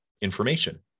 information